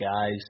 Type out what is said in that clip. guys